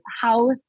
house